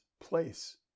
place